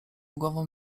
głową